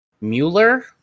Mueller